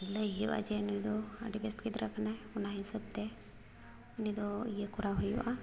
ᱞᱟᱹᱭ ᱦᱩᱭᱩᱜᱼᱟ ᱡᱮ ᱱᱩᱭᱫᱚ ᱟᱹᱰᱤ ᱵᱮᱥ ᱜᱤᱫᱽᱨᱟᱹ ᱠᱟᱱᱟᱭ ᱚᱱᱟ ᱦᱤᱥᱟᱹᱵᱽᱛᱮ ᱩᱱᱤᱫᱚ ᱤᱭᱟᱹ ᱠᱚᱨᱟᱣ ᱦᱩᱭᱩᱜᱼᱟ